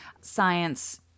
science